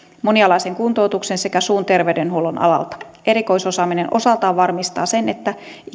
monialaisen kuntoutuksen sekä suun terveydenhuollon alalta erikoisosaaminen osaltaan varmistaa sen että